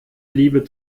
liebe